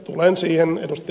tulen siihen ed